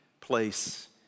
place